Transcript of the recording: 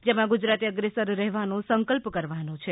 જેમાં ગુજરાતે અગ્રેસર રહેવાનો સંકલ્પ કરવાનો છે